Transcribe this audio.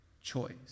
Choice